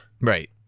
Right